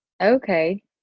Okay